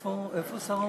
איפה שר האוצר?